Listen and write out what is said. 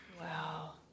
wow